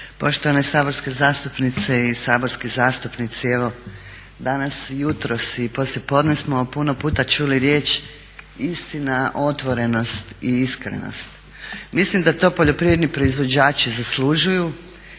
Poštovane saborske zastupnice i saborski zastupnici. Evo danas, jutros i poslijepodne smo puno puta čuli riječ istina, otvorenost i iskrenost. Mislim da to poljoprivredni proizvođači zaslužuju